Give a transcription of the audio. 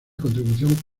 contribución